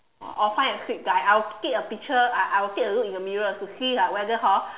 or or find a cute guy I will take a picture I I will take a look into the mirror to see like whether hor